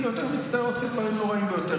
ביותר הן מצטיירות כדברים נוראיים ביותר.